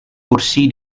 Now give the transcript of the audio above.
kursi